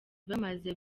bamaze